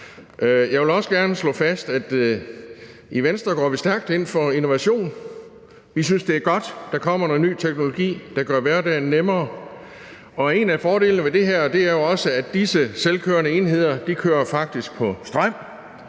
Jeg vil også gerne slå fast, at i Venstre går vi stærkt ind for innovation. Vi synes, det er godt, der kommer noget ny teknologi, der gør hverdagen nemmere, og en af fordelene ved det her er jo også, at disse selvkørende enheder faktisk kører på strøm,